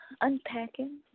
Unpacking